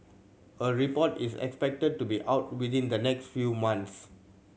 a report is expected to be out within the next few months